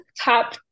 top